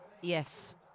Yes